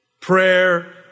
Prayer